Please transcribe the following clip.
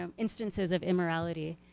um instances of immorality